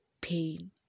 pain